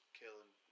killing